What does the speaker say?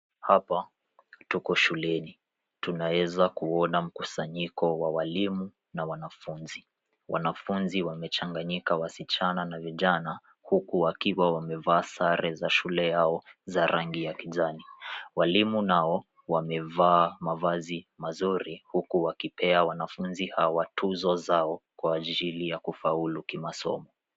Hapa tuko shuleni. tunaeza kuona mkusanyiko wa walimu na wanafuzi. Wanafuzi wamechanganyika wasichana na vijana uku wakiwa wamevaa sare za shule yao za rangi ya kijani. Walimu nao wamevaa mavazi mazuri uku wakipea wanafuzi hawa tuzo zao kwa ajili ya kufaulu kimasomo.